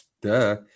Duh